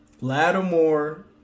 Lattimore